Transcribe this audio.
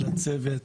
לצוות